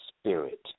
spirit